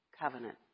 covenant